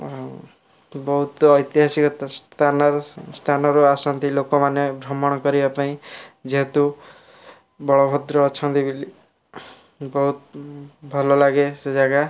ଆଉ ବହୁତ ଐତିହାସିକ ସ୍ଥାନର ସ୍ଥାନରୁ ଆସନ୍ତି ଲୋକମାନେ ଭ୍ରମଣ କରିବା ପାଇଁ ଯେହେତୁ ବଳଭଦ୍ର ଅଛନ୍ତି ବୋଲି ବହୁତ ଭଲ ଲାଗେ ସେ ଜାଗା